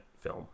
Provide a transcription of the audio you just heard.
film